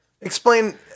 Explain